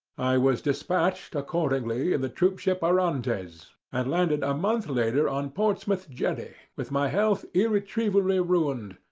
i was dispatched, accordingly, in the troopship orontes, and landed a month later on portsmouth jetty, with my health irretrievably ruined,